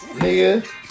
nigga